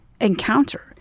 encounter